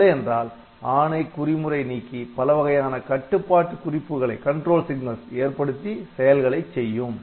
இல்லையென்றால் ஆணை குறிமுறை நீக்கி பலவகையான கட்டுப்பாட்டு குறிப்புகளை ஏற்படுத்தி செயல்களைச் செய்யும்